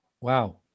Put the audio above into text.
Wow